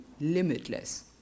limitless